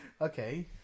okay